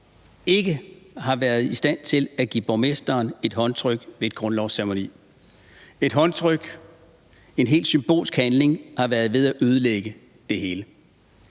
ikke har været i stand til at give borgmesteren et håndtryk ved en grundlovsceremoni – et håndtryk, en helt symbolsk handling, har været ved at ødelægge det hele.